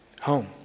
home